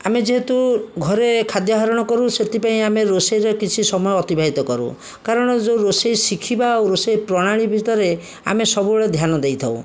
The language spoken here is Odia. ଆମେ ଯେହେତୁ ଘରେ ଖାଦ୍ୟ ଆହରଣ କରୁ ସେଥିପାଇଁ ଆମେ ରୋଷଇରେ କିଛି ସମୟ ଅତିବାହିତ କରୁ କାରଣ ଯେଉଁ ରୋଷେଇ ଶିଖିବା ଆଉ ରୋଷେଇ ପ୍ରଣାଳୀ ଭିତରେ ଆମେ ସବୁବେଳେ ଧ୍ୟାନ ଦେଇଥାଉ